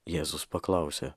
jėzus paklausė